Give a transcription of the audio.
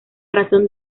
razón